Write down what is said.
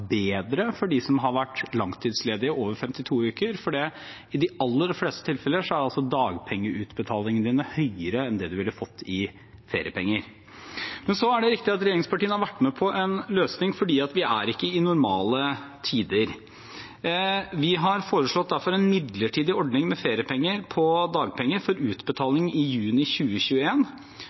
bedre for dem som har vært langtidsledige over 52 uker, for i de aller fleste tilfeller er dagpengeutbetalingene høyere enn det man ville fått i feriepenger. Så er det riktig at regjeringspartiene har vært med på en løsning, for vi er ikke i normale tider. Vi har derfor foreslått en midlertidig ordning med feriepenger på dagpenger for utbetaling i juni